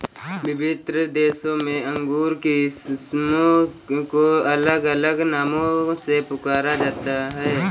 विभिन्न देशों में अंगूर की किस्मों को अलग अलग नामों से पुकारा जाता है